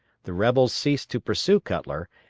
the rebels ceased to pursue cutler,